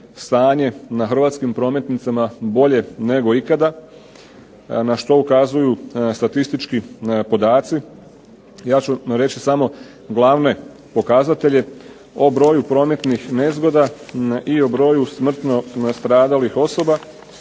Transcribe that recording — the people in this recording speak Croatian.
na hrvatskim prometnicama bolje nego ikada, na što ukazuju statistički podaci. Ja ću reći samo glavne pokazatelje, o broju prometnih nezgoda i o broju smrtno stradalih osoba.